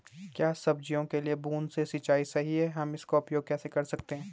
क्या सब्जियों के लिए बूँद से सिंचाई सही है हम इसका उपयोग कैसे कर सकते हैं?